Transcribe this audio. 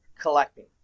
collecting